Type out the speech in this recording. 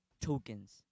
tokens